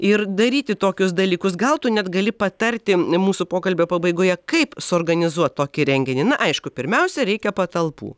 ir daryti tokius dalykus gal tu net gali patarti mūsų pokalbio pabaigoje kaip suorganizuot tokį renginį na aišku pirmiausia reikia patalpų